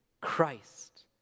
Christ